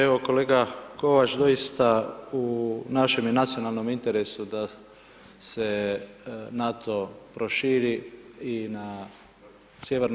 Evo kolega Kovač doista u našem je nacionalnom interesu da se NATO proširi i na Sj.